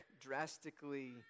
drastically